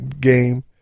game